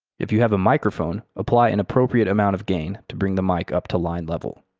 if you have a microphone, apply an appropriate amount of gain to bring the mic up to line level.